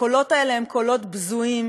הקולות האלה הם קולות בזויים,